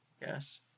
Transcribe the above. Yes